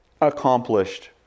accomplished